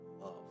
love